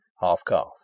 half-calf